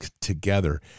together